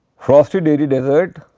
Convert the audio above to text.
frosty dairy dessert,